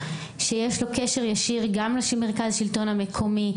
שיש לו קשר ישיר גם לאנשים במרכז שלטון מקומי,